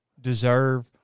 deserve